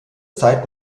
zeit